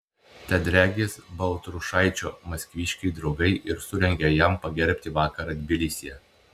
tad regis baltrušaičio maskviškiai draugai ir surengė jam pagerbti vakarą tbilisyje